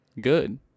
Good